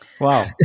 Wow